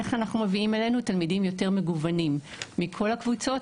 איך אנחנו מביאים אלינו תלמידים יותר מגוונים מכל הקבוצות,